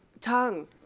Tongue